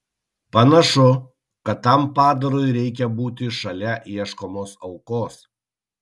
panašu kad tam padarui reikia būti šalia ieškomos aukos